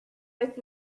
with